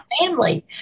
family